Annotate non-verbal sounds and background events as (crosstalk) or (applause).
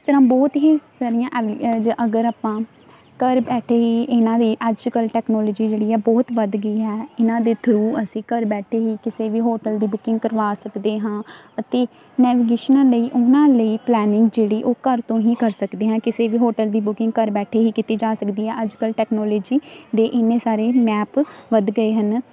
ਤਰ੍ਹਾਂ ਬਹੁਤ ਹੀ ਸਾਰੀਆਂ (unintelligible) ਅਗਰ ਆਪਾਂ ਘਰ ਬੈਠੇ ਹੀ ਇਹਨਾਂ ਦੇ ਅੱਜ ਕੱਲ੍ਹ ਟੈਕਨੋਲੋਜੀ ਜਿਹੜੀ ਆ ਬਹੁਤ ਵੱਧ ਗਈ ਹੈ ਇਹਨਾਂ ਦੇ ਥਰੂ ਅਸੀਂ ਘਰ ਬੈਠੇ ਹੀ ਕਿਸੇ ਵੀ ਹੋਟਲ ਦੀ ਬੁਕਿੰਗ ਕਰਵਾ ਸਕਦੇ ਹਾਂ ਅਤੇ ਨੈਵੀਗੇਸ਼ਨਾਂ ਲਈ ਉਹਨਾਂ ਲਈ ਪਲੈਨਿੰਗ ਜਿਹੜੀ ਉਹ ਘਰ ਤੋਂ ਹੀ ਕਰ ਸਕਦੇ ਹਾਂ ਕਿਸੇ ਵੀ ਹੋਟਲ ਦੀ ਬੁਕਿੰਗ ਘਰ ਬੈਠੇ ਹੀ ਕੀਤੀ ਜਾ ਸਕਦੀ ਹੈ ਅੱਜ ਕੱਲ੍ਹ ਟੈਕਨੋਲੋਜੀ ਦੇ ਇੰਨੇ ਸਾਰੇ ਮੈਪ ਵੱਧ ਗਏ ਹਨ